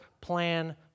plan